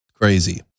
Crazy